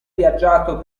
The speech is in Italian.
viaggiato